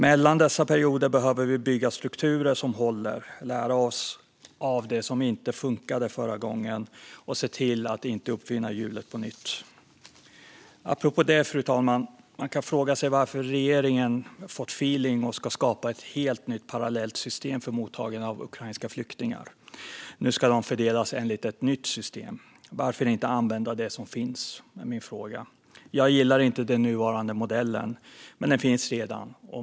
Mellan dessa perioder behöver vi bygga strukturer som håller, lära oss av det som inte funkade förra gången och se till att inte uppfinna hjulet på nytt. Apropå det, fru talman, kan man fråga sig varför regeringen fått feeling och ska skapa ett helt nytt, parallellt system för mottagande av ukrainska flyktingar. Nu ska de fördelas enligt ett nytt system. Varför inte använda det som finns? Jag gillar inte den nuvarande modellen, men den finns redan.